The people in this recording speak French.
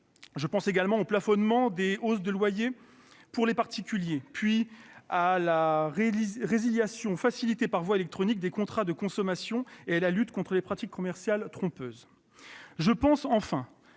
Je pense également au plafonnement des hausses de loyer pour les particuliers, ainsi qu'à la résiliation facilitée par voie électronique des contrats de consommation et à la lutte contre les pratiques commerciales trompeuses. Je pense enfin